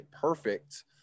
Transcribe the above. perfect